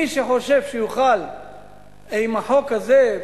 מי שחושב שיוכל עם החוק הזה,